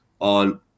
on